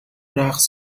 رقص